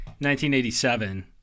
1987